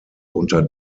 unter